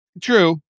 True